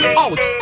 out